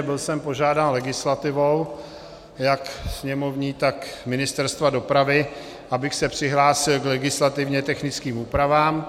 Byl jsem požádán legislativou jak sněmovní, tak Ministerstva dopravy, abych se přihlásil k legislativně technickým úpravám.